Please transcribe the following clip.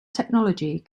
technology